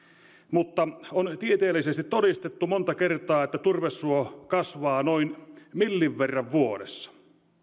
mutta on tieteellisesti todistettu monta kertaa että turvesuo kasvaa noin millin verran vuodessa